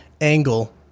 angle